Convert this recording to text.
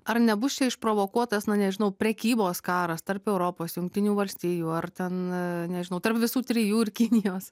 ar nebus čia išprovokuotas na nežinau prekybos karas tarp europos jungtinių valstijų ar ten nežinau tarp visų trijų ir kinijos